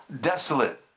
desolate